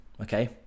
Okay